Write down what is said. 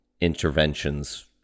interventions